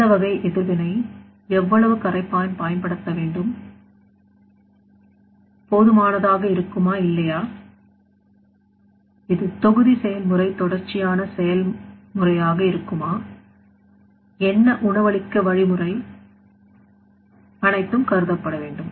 எந்த வகை எதிர்வினை எவ்வளவு கரைப்பான் பயன்படுத்த வேண்டும் சரி போதுமானதாக இருக்குமா இல்லையா இது தொகுதி செயல்முறை தொடர்ச்சியான செயல்முறையாக இருக்குமா என்ன உணவளிக்கும் வழிமுறை அனைத்தும் கருதப்பட வேண்டும்